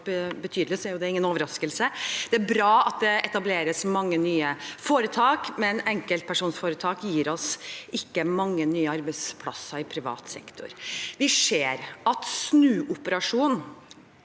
det noen overraskelse. Det er bra at det etableres mange nye foretak, men enkeltpersonsforetak gir oss ikke mange nye arbeidsplasser i privat sektor. Vi ser av snuoperasjonen